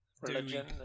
religion